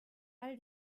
all